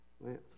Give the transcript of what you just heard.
Lance